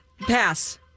Pass